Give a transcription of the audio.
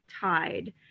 tide